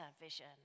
vision